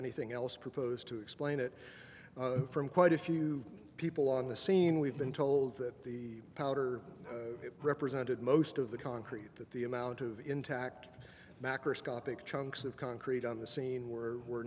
anything else proposed to explain it from quite a few people on the scene we've been told that the powder represented most of the concrete that the amount of intact macroscopic chunks of concrete on the scene were